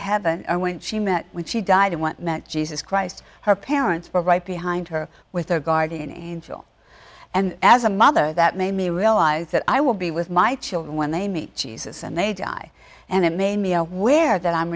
heaven when she met when she died and went met jesus christ her parents were right behind her with her guardian angel and as a mother that made me realize that i will be with my children when they meet jesus and they die and it made me aware that i'm